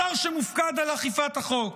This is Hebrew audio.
השר שמופקד על אכיפת החוק.